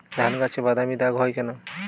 ধানগাছে বাদামী দাগ হয় কেন?